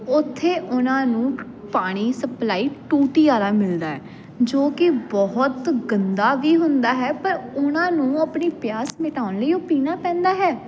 ਉੱਥੇ ਉਹਨਾਂ ਨੂੰ ਪਾਣੀ ਸਪਲਾਈ ਟੂਟੀ ਵਾਲਾ ਮਿਲਦਾ ਹੈ ਜੋ ਕਿ ਬਹੁਤ ਗੰਦਾ ਵੀ ਹੁੰਦਾ ਹੈ ਪਰ ਉਹਨਾਂ ਨੂੰ ਆਪਣੀ ਪਿਆਸ ਮਿਟਾਉਣ ਲਈ ਉਹ ਪੀਣਾ ਪੈਂਦਾ ਹੈ